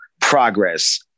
progress